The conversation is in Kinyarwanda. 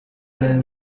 n’aya